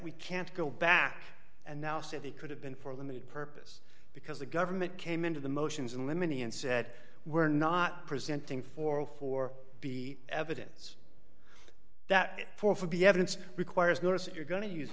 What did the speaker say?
we can't go back and now say they could have been for a limited purpose because the government came into the motions in limine me and said we're not presenting for all for the evidence that for for be evidence requires notice if you're going to use